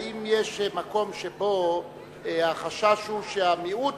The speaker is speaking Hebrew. האם יש מקום שבו החשש הוא שהמיעוט